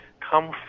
come